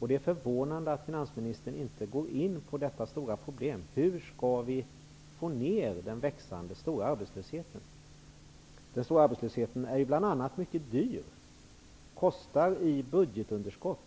Det är förvånande att finansministern inte går in på detta stora problem, dvs. hur vi skall få ner den stora och växande arbetslösheten. Den stora arbetslösheten är bl.a. mycket dyr. Den kostar så att säga i budgetunderskott.